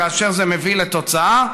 כאשר זה מביא לתוצאה,